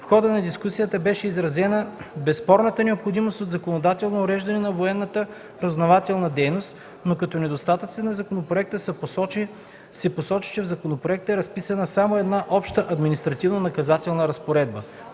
В хода на дискусията беше изразена безспорната необходимост от законодателно уреждане на военната разузнавателна дейност, но като недостатъци на законопроекта се посочи, че е разписана само една обща административнонаказателна разпоредба.